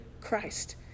Christ